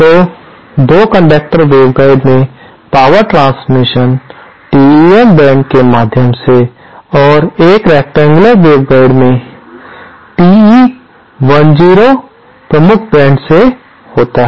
तो 2 conductor waveguide में power transmission TEM bends के माध्यम से और एक रेकटेंगयुलर वेवगाइड में TE 10 प्रमुख बेंड्स से होता है